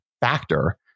factor